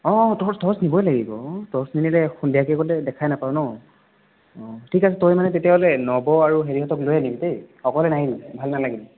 অঁ অঁ torch torch নিবই লাগিব অঁ ট'ৰ্চ নিনিলে সন্ধিয়াকৈ গ'লে দেখাই নাপাওঁ ন' অঁ ঠিক আছে তই মানে তেতিয়াহ'লে নৱ আৰু হেৰিহঁতক লৈ আনিবি দেই অকলে নাহিবি ভাল নালাগিব